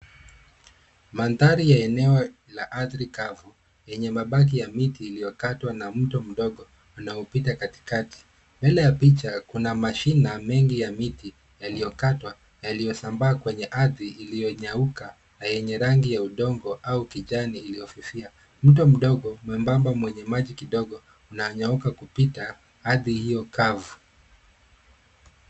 Mandhari ya eneo la ardhi kavu yenye mabaki ya miti iliyokatwa na mto mdogo unaopita katikati, mbele ya picha kuna mashina mengi ya miti yaliyokatwa yaliyosambaa kwenye ardhi iliyonyauka yenye rangi ya udongo au kijani iliyofifia .Mto mdogo mwembamba mwenye maji kidogo na nyauka kupita ardhi hiyo kavu.